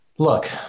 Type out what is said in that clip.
Look